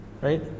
Right